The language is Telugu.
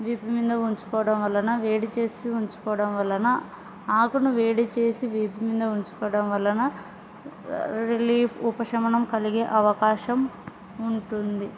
వీపు మీద ఉంచుకోవడం వలన వేడి చేసి ఉంచుకోవడం వలన ఆకును వేడి చేసి వీపు మీద ఉంచుకోవడం వలన రిలీఫ్ ఉపశమనం కలిగే అవకాశం ఉంటుంది